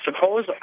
suppose